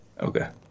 Okay